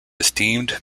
esteemed